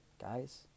guys